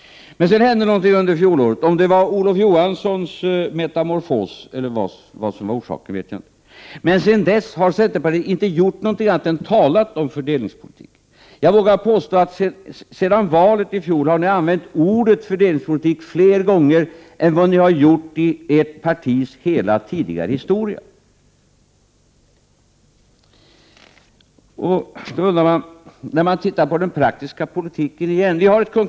Men någonting hände under fjolåret — om det var Olof Johanssons metamorfos eller något annat som var orsaken vet jag inte — och sedan dess har centern inte gjort något annat än talat om fördelningspolitik. Jag vågar påstå att ni sedan valet i fjol har använt ordet fördelningspolitik fler gånger än vad ni har gjort i ert partis hela tidigare historia. När jag tittar på den praktiska politiken börjar jag fundera.